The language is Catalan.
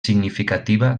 significativa